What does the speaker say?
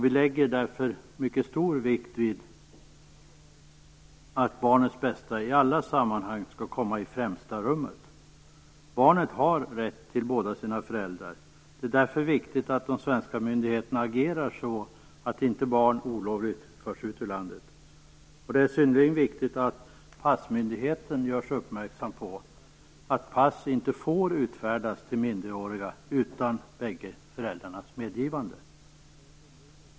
Vi lägger därför mycket stor vikt vid att barnets bästa i alla sammanhang skall sättas i främsta rummet. Barnet har rätt till båda sina föräldrar. Det är därför viktigt att de svenska myndigheterna agerar så att inte barn olovligt förs ut ur landet. Det är synnerligen viktigt att passmyndigheten görs uppmärksam på att pass inte får utfärdas till minderåriga utan båda föräldrarnas medgivande.